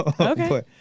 Okay